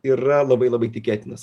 yra labai labai tikėtinas